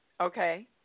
Okay